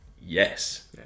Yes